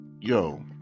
yo